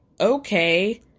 okay